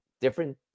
different